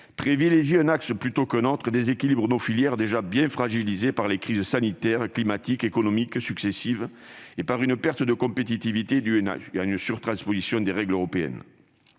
Privilégier un axe plutôt qu'un autre déséquilibre nos filières déjà bien fragilisées par les crises sanitaires, climatiques et économiques successives, ainsi que par une perte de compétitivité due à une surtransposition des règles européennes.